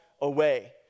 away